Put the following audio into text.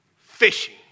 fishing